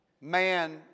man